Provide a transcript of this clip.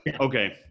Okay